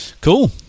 Cool